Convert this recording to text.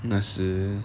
那时